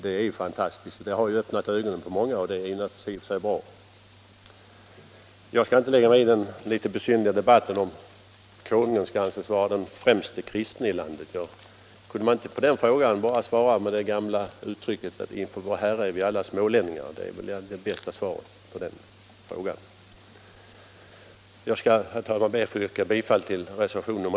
Det har öppnat ögonen på många, och det är i och för sig bra. Den litet besynnerliga debatten om huruvida konungen skall anses vara den främste kristne i landet skall jag inte lägga mig i. Kunde man inte bara svara med det gamla uttrycket att inför Vår Herre är vi alla 103 smålänningar? Det är väl det bästa svaret på den frågan. Herr talman! Jag ber att få yrka bifall till reservationen 1.